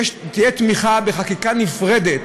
תהיה תמיכה בחקיקה נפרדת,